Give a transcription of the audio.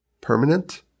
Permanent